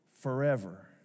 forever